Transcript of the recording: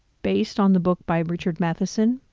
based on the book by richard matheson,